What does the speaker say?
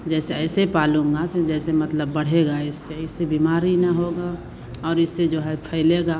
जैसे ऐसे पालूंगा जैसे मतलब बढ़ेगा इससे इससे बीमारी न होगा और इससे जो है फैलेगा